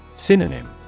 Synonym